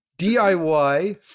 DIY